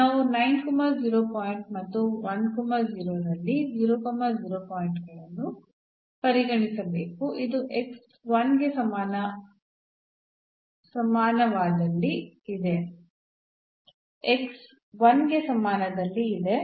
ನಾವು ಪಾಯಿಂಟ್ ಮತ್ತು ರಲ್ಲಿ ಪಾಯಿಂಟ್ ಗಳನ್ನು ಪರಿಗಣಿಸಬೇಕು ಇದು 1 ಗೆ ಸಮಾನದಲ್ಲಿ ಇದೆ